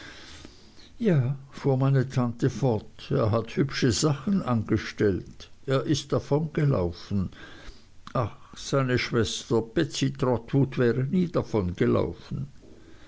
ja fuhr meine tante fort er hat hübsche sachen angestellt er ist davongelaufen ach seine schwester betsey trotwood wäre nie